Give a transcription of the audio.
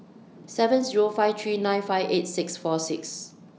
seven Zero five three nine five eight six four six